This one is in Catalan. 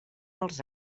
els